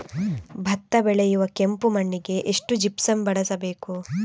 ಭತ್ತ ಬೆಳೆಯುವ ಕೆಂಪು ಮಣ್ಣಿಗೆ ಎಷ್ಟು ಜಿಪ್ಸಮ್ ಬಳಸಬೇಕು?